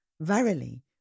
Verily